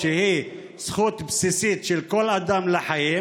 שהיא זכות בסיסית של כל אדם לחיים,